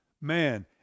Man